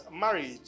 marriage